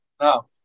now